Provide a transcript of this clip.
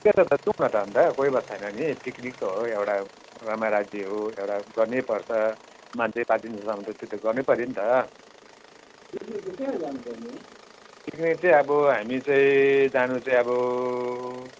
ठिकै छ त जुम्न त अन्त कोही बात छैन नि पिकनिक त हो एउटा रामराज्य हो एउटा गर्नैपर्छ मान्छे बाचिन्जेलसम्म त त्यो त गर्नै पर्यो नि त पिकनिक चाहिँ अब हामी चाहिँ जानु चाहिँ अब